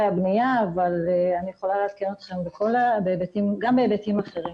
הבנייה אבל אני יכולה לעדכן אתכם גם בהיבטים אחרים.